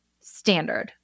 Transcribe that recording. standard